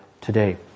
today